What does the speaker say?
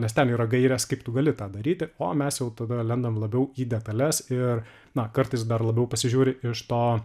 nes ten yra gairės kaip tu gali tą daryti o mes jau tada lendam labiau į detales ir na kartais dar labiau pasižiūri iš to